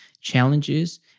challenges